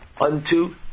unto